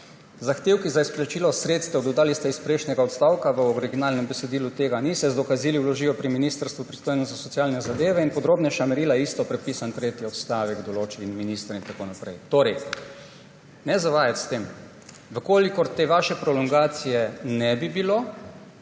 Zahtevki za izplačilo sredstev,« dodali ste iz prejšnjega odstavka, v originalnem besedilu tega ni, »se z dokazili vložijo pri ministrstvu, pristojnem za socialne zadeve. Podrobnejša merila,« isto prepisan tretji odstavek, »določi minister,« in tako naprej. Torej ne zavajati s tem. Če te vaše prolongacije ne bi bilo,